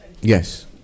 Yes